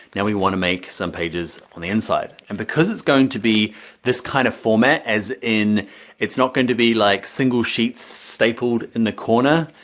now we wanna make some pages on the inside. and because it's going to be this kind of format, as in it's not going to be like single sheet stapled in the corner,